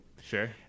Sure